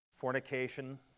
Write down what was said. fornication